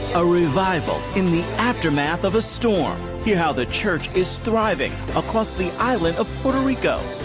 a revival in the aftermath of a storm. hear how the church is thriving across the island of puerto rico.